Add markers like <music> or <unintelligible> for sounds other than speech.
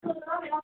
<unintelligible>